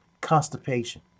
Constipation